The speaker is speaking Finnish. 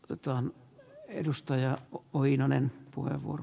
naton edustaja voidaan tehdä